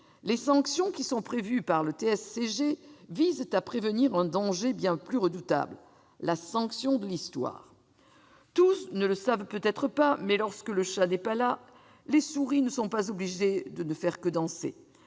Les sanctions prévues par le TSCG visent à prévenir un danger bien plus redoutable : la sanction de l'Histoire. Tous ne le savent peut-être pas, mais, lorsque le chat n'est pas là, les souris ne sont pas obligées de danser.